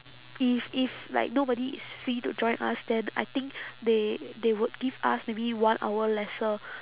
if if like nobody is free to join us then I think they they would give us maybe one hour lesser